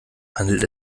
handelt